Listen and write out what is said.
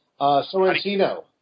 Sorrentino